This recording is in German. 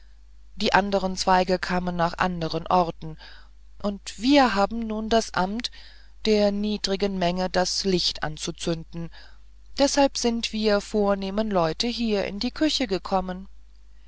die anderen zweige kamen nach anderen orten und wir haben nun das amt der niedrigen menge das licht anzuzünden deshalb sind wir vornehmen leute hier in die küche gekommen